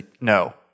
No